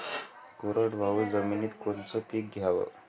कोरडवाहू जमिनीत कोनचं पीक घ्याव?